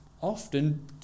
often